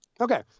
Okay